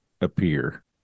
appear